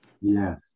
Yes